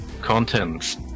contents